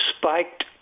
spiked